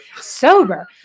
sober